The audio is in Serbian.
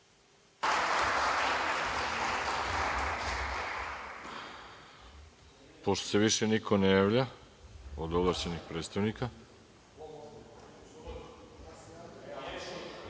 se više niko ne javlja od ovlašćenih predstavnika,